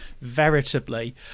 veritably